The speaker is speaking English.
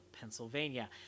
Pennsylvania